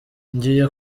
ngiye